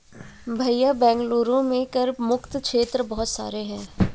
भैया बेंगलुरु में कर मुक्त क्षेत्र बहुत सारे हैं